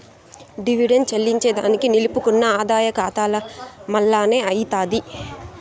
dividend చెల్లింజేదానికి నిలుపుకున్న ఆదాయ కాతాల మల్లనే అయ్యితాది